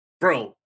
bro